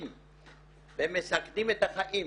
והם מסכנים את החיים.